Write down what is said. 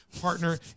partner